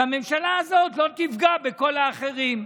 והממשלה הזאת לא תפגע בכל האחרים.